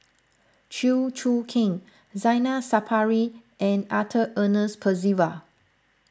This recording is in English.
Chew Choo Keng Zainal Sapari and Arthur Ernest Percival